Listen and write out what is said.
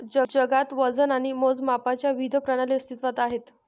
जगात वजन आणि मोजमापांच्या विविध प्रणाली अस्तित्त्वात आहेत